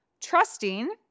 trusting